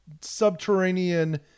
Subterranean